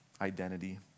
identity